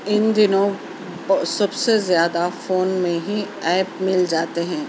ان دنوں سب سے زیادہ فون میں ہی ایپ مل جاتے ہیں